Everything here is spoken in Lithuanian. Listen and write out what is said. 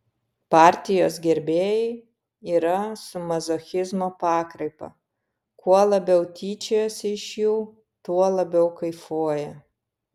partijos gerbėjai yra su mazochizmo pakraipa kuo labiau tyčiojasi iš jų tuo labiau kaifuoja